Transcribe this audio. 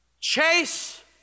Chase